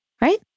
Right